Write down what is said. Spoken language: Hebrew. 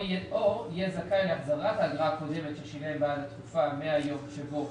או יהיה זכאי להחזרת האגרה הקודמת ששילם בעד התקופה מהיום שבו